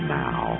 now